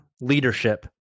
leadership